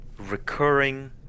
Recurring